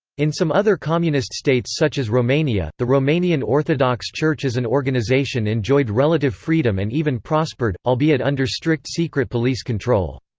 in some other communist states such as romania, the romanian orthodox church as an organization enjoyed relative freedom and even prospered, albeit under strict secret police control.